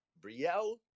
Brielle